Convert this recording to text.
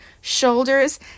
shoulders